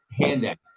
handouts